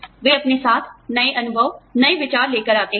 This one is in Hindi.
वे अपने साथ नए अनुभव नए विचार लेकर आते हैं